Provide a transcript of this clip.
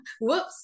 Whoops